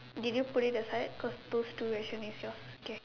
did you put it aside cause those two question is yours K